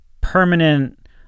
permanent